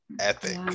epic